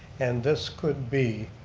and this could be